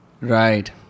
Right